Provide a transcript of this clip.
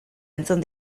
entzun